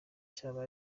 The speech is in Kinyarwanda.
cyaba